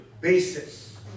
basis